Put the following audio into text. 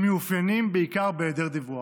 הם מתאפיינים בעיקר בהיעדר דיווח,